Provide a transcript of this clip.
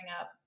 up